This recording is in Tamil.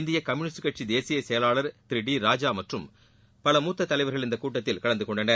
இந்திய கம்யூனிஸ்ட் கட்சி தேசிய செயவர் திரு டி ராஜா மற்றும் பல மூத்த தலைவர்கள் இக்கூட்டத்தில் கலந்து கொண்டனர்